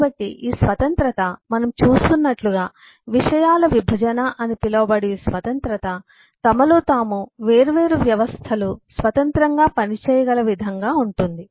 కాబట్టి ఈ స్వతంత్రత మనము చూస్తున్నట్టుగా విషయాల విభజన అని పిలువబడు ఈ స్వతంత్రత తమలో తాము వేర్వేరు వ్యవస్థలు స్వతంత్రంగా పనిచేయగల విధంగా ఉంటుంది